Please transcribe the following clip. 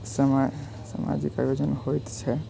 समय समाजिक आयोजन होइत छै